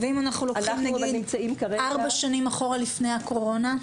ואם אנחנו לוקחים ארבע שנים אחורה, לפני הקורונה?